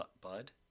Bud